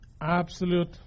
absolute